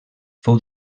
fou